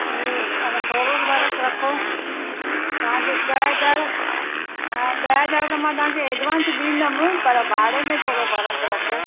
ईअं पर थोरो फ़र्कु रखो तव्हांखे ॾह हज़ार हा ॾह हज़ार त मां तव्हां खे एडवांस ॾींदमि पर भाड़े में थोरो फ़र्कु रखो